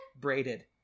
Braided